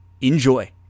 enjoy